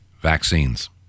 vaccines